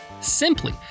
simply